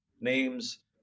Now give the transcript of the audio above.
names